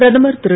பிரதமர் திரு